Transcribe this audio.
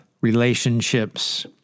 relationships